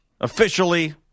officially